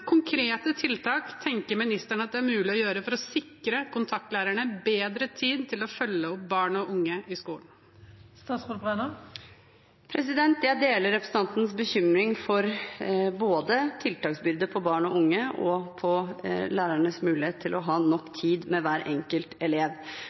konkrete tiltak tenker ministeren at det er mulig å gjøre for å sikre kontaktlærerne bedre tid til å følge opp barn og unge i skolen? Jeg deler representantens bekymring for både tiltaksbyrdene på barn og unge og for lærernes mulighet til å ha nok